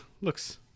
Looks